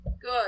Good